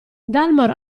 dalmor